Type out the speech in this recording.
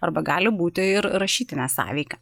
arba gali būti ir rašytinė sąveika